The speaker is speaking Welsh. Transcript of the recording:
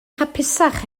hapusach